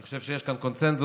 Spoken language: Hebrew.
אני חושב שיש כאן קונסנזוס.